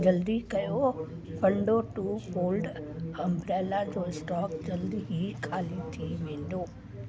जल्दी कयो फंडो टू फोल्ड अम्ब्रेला स्टॉक जल्द ई ख़ाली थी वेंदो